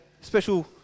special